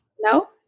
No